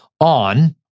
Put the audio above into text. on